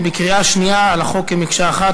בקריאה שנייה כמקשה אחת.